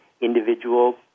individual